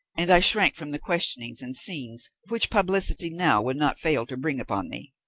and i shrank from the questionings and scenes which publicity now would not fail to bring upon me.